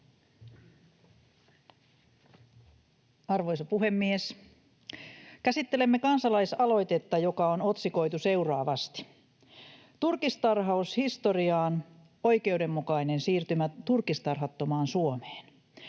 Arvoisa puhemies! Käsittelemme kansalaisaloitetta, joka on otsikoitu seuraavasti: ”Turkistarhaus historiaan — Oikeudenmukainen siirtymä turkistarhattomaan Suomeen.”